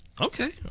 Okay